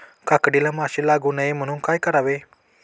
काकडीला माशी लागू नये म्हणून काय करावे?